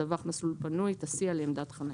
(6)דווח מסלול פנוי (7)תסיע לעמדת חנייה...